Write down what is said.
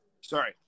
Sorry